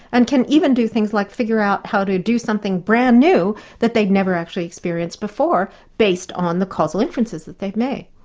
and can even do things like figure out how to do something brand new that they've never actually experienced before, based on the causal inferences that they've made.